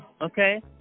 okay